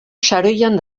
saroian